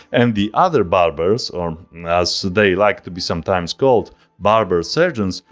and the other barbers or as they liked to be sometimes called barber-surgeons,